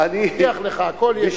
אני מבטיח לך, הכול יהיה בסדר.